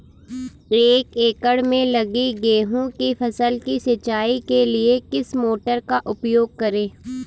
एक एकड़ में लगी गेहूँ की फसल की सिंचाई के लिए किस मोटर का उपयोग करें?